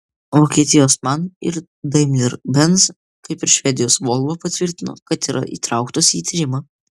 vokietijos man ir daimler benz kaip ir švedijos volvo patvirtino kad yra įtrauktos į tyrimą